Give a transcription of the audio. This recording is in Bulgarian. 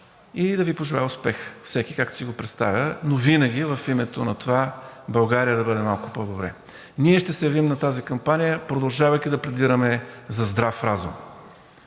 И да Ви пожелая успех, всеки както си го представя, но винаги в името на това България да бъде малко по-добре. Ние ще се явим на тази кампания, продължавайки да пледираме за здрав разум,